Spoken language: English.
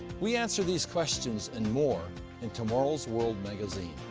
we answer these questions and more in tomorrow's world magazine.